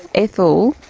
ethel,